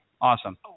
awesome